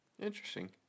Interesting